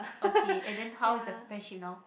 okay and then how is your friendship now